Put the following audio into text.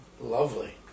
Lovely